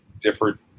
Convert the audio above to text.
different